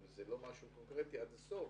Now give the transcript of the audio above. זה לא משהו קונקרטי עד הסוף,